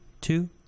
two